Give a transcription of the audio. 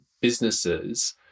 businesses